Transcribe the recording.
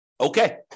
Okay